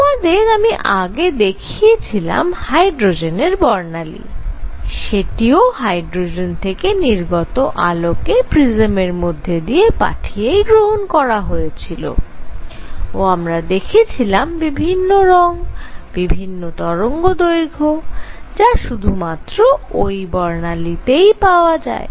তোমাদের আমি আগে দেখিয়েছিলাম হাইড্রোজেনের বর্ণালী সেটিও হাইড্রোজেন থেকে নির্গত আলো কে প্রিজমের মধ্যে দিয়ে পাঠিয়েই গ্রহন করা হয়েছিল ও আমরা দেখেছিলাম বিভিন্ন রঙ বিভিন্ন তরঙ্গদৈর্ঘ্য যা শুধুমাত্র ওই বর্ণালীতেই পাওয়া যায়